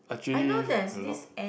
actually a lot